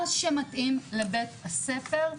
מה שמתאים לבית הספר,